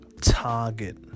target